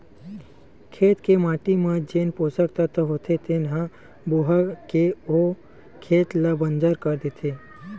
खेत के माटी म जेन पोसक तत्व होथे तेन ह बोहा के ओ खेत ल बंजर कर देथे